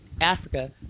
Africa